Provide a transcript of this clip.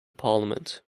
parliament